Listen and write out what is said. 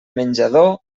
menjador